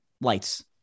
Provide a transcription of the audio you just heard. Lights